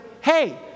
hey